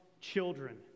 children